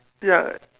ya